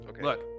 Look